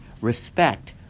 respect